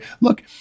look